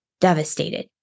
devastated